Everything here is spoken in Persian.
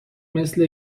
مثل